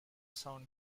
sound